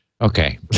okay